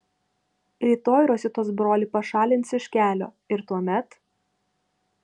rytoj rositos brolį pašalins iš kelio ir tuomet